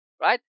right